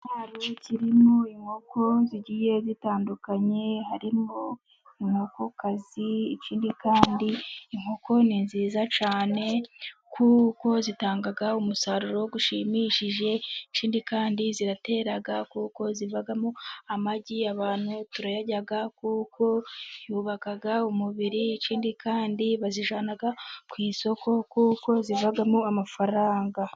Ikiraro kirimo inkoko zigiye zitandukanye, harimo inkokokazi, ikindi kandi inkoko ni nziza cyane kuko zitanga umusaruro ushimishije. Ikindi kandi ziratera kuko zivamo amagi, abantu turayarya kuko yubaka umubiri. Ikindi kandi bazijyana ku isoko kuko zivamo amafaranga.